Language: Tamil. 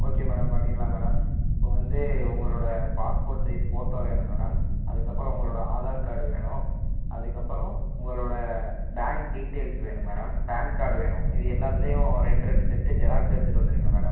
ஓகே மேடம் பண்ணிடலாம் மேடம் இப்போ வந்து உங்களோடய பாஸ்போர்ட் சைஸ் ஃபோட்டோ வேணும் மேடம் அதுக்கப்புறம் உங்களோடய ஆதார் கார்டு வேணும் அதுக்கப்புறம் உங்களோடய பேங்க் டீட்டைல்ஸ் வேணும் மேடம் பான் கார்டு வேணும் இது எல்லாத்திலையும் ரெண்டு ரெண்டு செட்டு ஜெராக்ஸ் எடுத்துகிட்டு வந்துடுங்க மேடம்